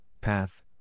path